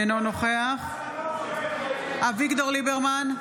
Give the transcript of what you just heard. אינו נוכח אביגדור ליברמן,